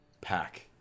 pack